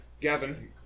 Gavin